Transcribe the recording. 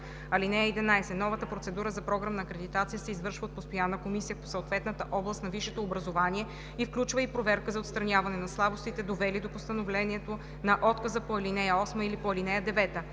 (11) Новата процедура за програмна акредитация се извършва от постоянна комисия по съответната област на висшето образование и включва и проверка за отстраняване на слабостите, довели до постановяването на отказа по ал. 8 или по ал. 9.